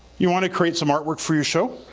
you want to create some artwork for your show